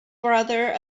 brother